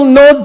no